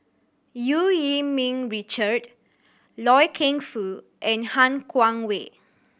Eu Yee Ming Richard Loy Keng Foo and Han Guangwei